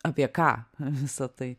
apie ką visa tai